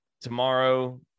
tomorrow